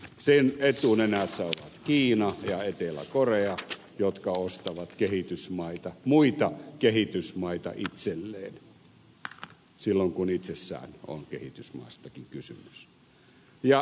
sen etunenässä ovat kiina ja etelä korea jotka ostavat kehitysmaita muita kehitysmaita itselleen silloinkin kun itsessäänkin on kehitysmaista kysymys